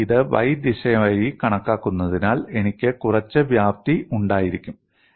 ഞാൻ ഇത് y ദിശയായി കണക്കാക്കുന്നതിനാൽ എനിക്ക് കുറച്ച് വ്യാപ്തി ഉണ്ടായിരിക്കും